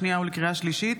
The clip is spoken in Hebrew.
לקריאה שנייה ולקריאה שלישית,